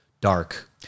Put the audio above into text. dark